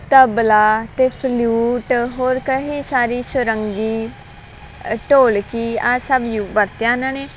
ਤਬਲਾ ਅਤੇ ਫਲਿਊਟ ਹੋਰ ਕਹੀ ਸਾਰੀ ਸੁਰੰਗੀ ਅ ਢੋਲਕੀ ਆਹ ਸਭ ਯੂ ਵਰਤਿਆ ਉਹਨਾਂ ਨੇ